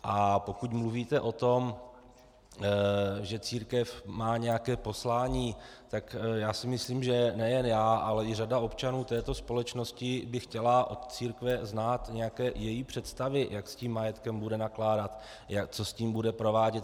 A pokud mluvíte o tom, že církev má nějaké poslání, tak si myslím, že nejen já, ale i řada občanů této společnosti by chtěla od církve znát nějaké její představy, jak s majetkem bude nakládat, co s tím bude provádět.